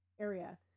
area